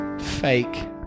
fake